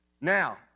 Now